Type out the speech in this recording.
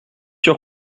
sûr